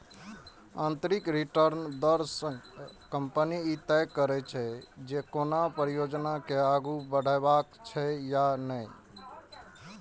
आंतरिक रिटर्न दर सं कंपनी ई तय करै छै, जे कोनो परियोजना के आगू बढ़ेबाक छै या नहि